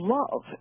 love